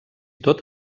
tot